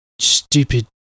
Stupid